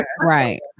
Right